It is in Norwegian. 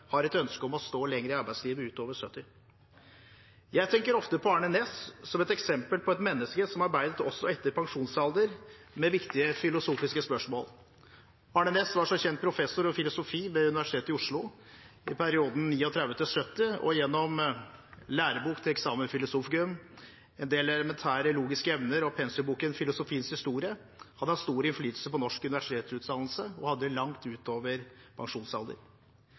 har et ønske om å stå lenger i arbeidslivet, utover 70 år. Jeg tenker ofte på Arne Næss som et eksempel på et menneske som arbeidet også etter pensjonsalder – med viktige filosofiske spørsmål. Arne Næss var som kjent professor i filosofi ved Universitet i Oslo i perioden 1939–1970. Gjennom sin lærebok til examen philosophicum En del elementære logiske emner og pensumboken Filosofiens historie hadde han stor innflytelse på norsk universitetsutdannelse, og han hadde det langt utover pensjonsalder.